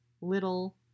little